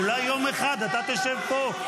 אולי יום אחד אתה תשב פה.